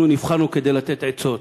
אנחנו נבחרנו כדי לתת עצות